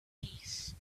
peace